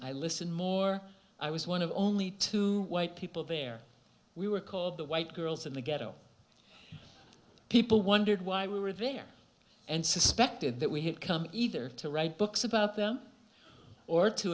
i listened more i was one of only two white people there we were called the white girls in the ghetto people wondered why we were there and suspected that we had come either to write books about them or to